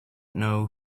know